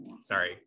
sorry